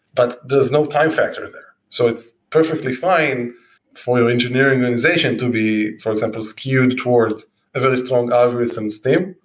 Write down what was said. but there's no time factor there. so it's perfectly fine for an engineering organization to be, for example skewed towards a very strong algorithms team,